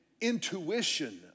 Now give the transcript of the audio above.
intuition